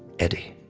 eddie.